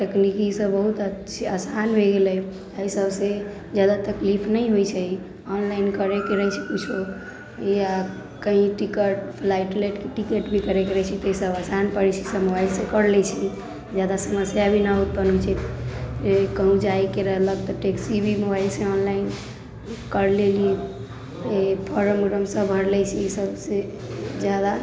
तकनीकीसँ बहुत आसान भऽ गेलै एहिसबसँ ज्यादा तकलीफ नहि होइ छै ऑनलाइन करैके रहै छै किछो या कहीँ टिकट फ्लाइट वलाइटके टिकट भी करैके रहै छै तऽ ईसब आसान पड़ै छै सब मोबाइलसँ करि लै छी ज्यादा समस्या भी नहि उत्पन्न होइ छै कहूँ जाइके रहलै तऽ टैक्सी भी मोबाइलसँ ऑनलाइन करि लेली फॉर्म वारम सब भरि लै छी ईसबसँ ज्यादा